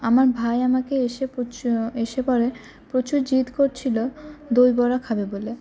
আমার ভাই আমাকে এসে এসে পরে প্রচুর জিদ করছিল দইবড়া খাবে বলে